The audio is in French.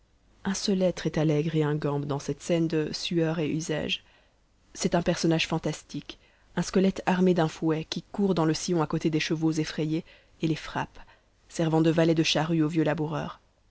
un seul être est allègre et ingambe dans cette scène de sueur et usaige c'est un personnage fantastique un squelette armé d'un fouet qui court dans le sillon à côté des chevaux effrayés et les frappe servant de valet de charrue au vieux laboureur